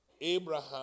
Abraham